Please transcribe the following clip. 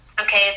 okay